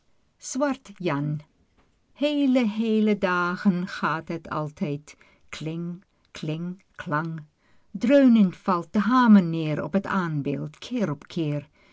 zwart jan heele heele dagen lang gaat het altijd kling kling klang dreunend valt de hamer neer op het aanbeeld keer op keer